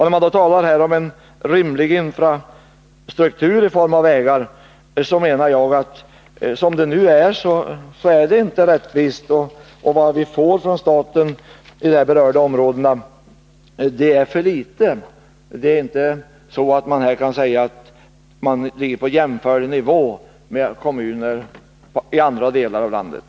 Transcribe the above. När det talas om en rimlig infrastruktur i form av vägar, så menar jag att det inte är rättvist som det nu är. Vad vi får från staten i de berörda områdena är för litet. Det kan inte sägas att man här ligger på en nivå som är jämförlig med den i kommuner i andra delar av landet.